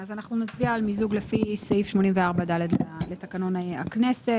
אנחנו נצביע על מיזוג לפי סעיף 84(ד) לתקנון הכנסת.